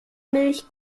milch